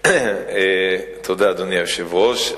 אדוני היושב-ראש,